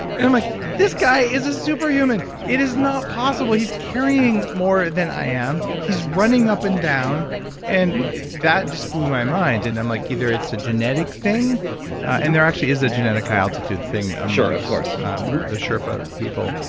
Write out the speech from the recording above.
and i'm like this guy is a superhuman. it is not possible. he's carrying more than i am. he's running up and down and that just blew my mind. and i'm like, either it's a genetic thing and there actually is a genetic high-altitude thing sure of course um the sherpa people,